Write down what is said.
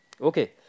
Okay